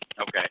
Okay